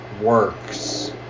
works